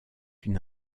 une